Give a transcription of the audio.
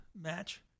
match